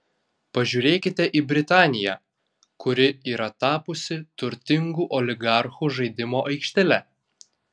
pažiūrėkite į britaniją kuri yra tapusi turtingų oligarchų žaidimo aikštele